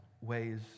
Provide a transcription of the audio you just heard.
ways